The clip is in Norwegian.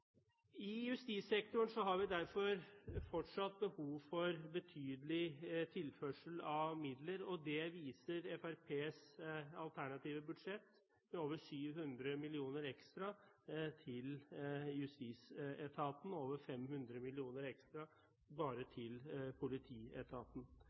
I justissektoren har vi derfor fortsatt behov for betydelig tilførsel av midler. Det viser Fremskrittspartiets alternative budsjett, med over 700 mill. kr ekstra til justisetaten – over 500 mill. kr ekstra bare